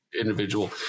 individual